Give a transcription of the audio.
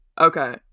Okay